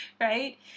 Right